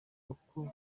uko